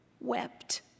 wept